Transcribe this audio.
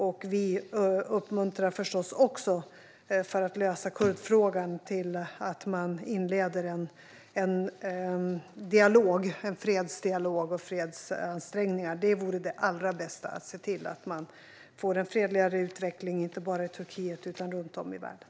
För en lösning av kurdfrågan uppmuntrar vi förstås också till att man inleder en fredsdialog och fredsansträngningar. Det allra bästa vore att se till att man får en fredligare utveckling, inte bara i Turkiet utan runt om i världen.